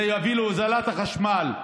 זה יביא להוזלת החשמל.